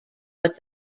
but